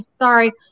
Sorry